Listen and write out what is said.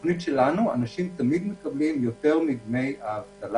בתוכנית שלנו אנשים תמיד מקבלים יותר מדמי האבטלה.